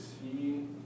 see